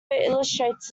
illustrates